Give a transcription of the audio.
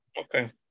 Okay